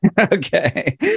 Okay